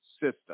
system